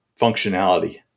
functionality